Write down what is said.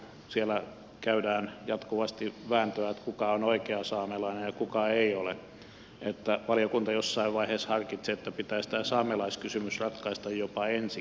siellä käydään jatkuvasti vääntöä siitä kuka on oikea saamelainen ja kuka ei ole niin että valiokunta jossain vaiheessa harkitsi että pitäisi tämä saamelaiskysymys ratkaista jopa ensiksi